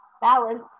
balance